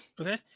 Okay